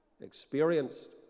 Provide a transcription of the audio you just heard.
experienced